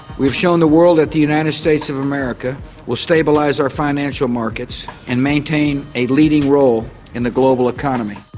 we've shown the world that the united states of america will stabilise our financial markets and maintain a leading role in the global economy.